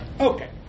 Okay